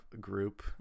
group